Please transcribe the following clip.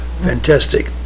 fantastic